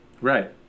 Right